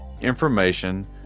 information